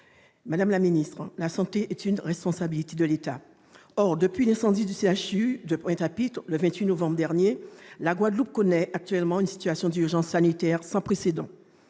Gouvernement. La santé est une responsabilité de l'État. Or, depuis l'incendie du CHU de Pointe-à-Pitre, le 28 novembre dernier, la Guadeloupe connaît une situation d'urgence sanitaire sans précédent.